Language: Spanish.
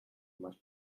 más